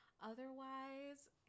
Otherwise